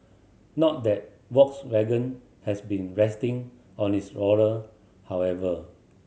not that Volkswagen has been resting on its laurel however